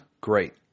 great